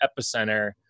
epicenter